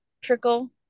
trickle